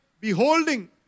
beholding